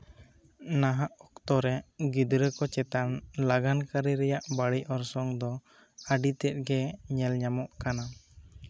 ᱱᱟᱦᱟᱜ ᱚᱠᱛᱚ ᱨᱮ ᱜᱤᱫᱽᱨᱟᱹ ᱠᱚ ᱪᱮᱛᱟᱱ ᱟᱜᱟᱱ ᱠᱟᱨᱤ ᱨᱮᱭᱟᱜ ᱵᱟᱹᱲᱤᱡ ᱚᱨᱥᱚᱝ ᱫᱚ ᱟᱹᱰᱤ ᱛᱮᱫ ᱜᱮ ᱧᱮᱞ ᱧᱟᱢᱚᱜ ᱠᱟᱱᱟ